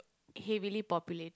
heavily populated